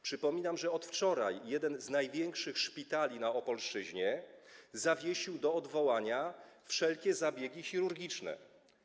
Przypominam, że od wczoraj jeden z największych szpitali na Opolszczyźnie zawiesił do odwołania wszelkie zabiegi chirurgiczne.